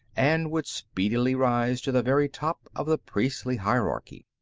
and would speedily rise to the very top of the priestly hierarchy.